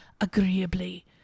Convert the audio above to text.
agreeably